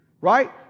Right